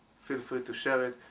feel free to share it,